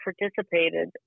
participated